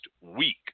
week